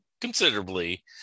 considerably